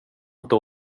inte